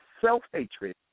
self-hatred